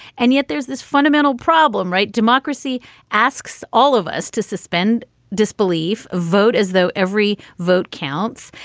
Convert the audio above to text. and yet there's this fundamental problem, right? democracy asks all of us to suspend disbelief, vote as though every vote counts.